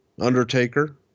Undertaker